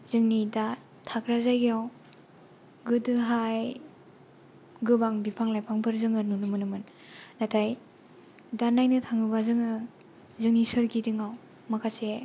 जोंनि दा थाग्रा जायगायाव गोदोहाय गोबां बिफां लाइफांफोर जोङो नुनो मोनोमोन नाथाय दा नायनो थाङोब्ला जोङो जोंनि सोरगिदिंआव माखासे